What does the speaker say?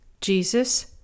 Jesus